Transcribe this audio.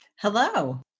Hello